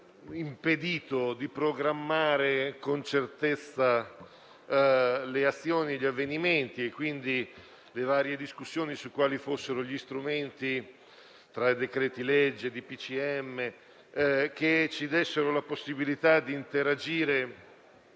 impedirci di programmare con certezza le azioni e gli avvenimenti e, quindi, le varie discussioni su quali fossero gli strumenti, tra decreti-legge e DPCM, tali da consentirci di interagire